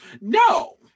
No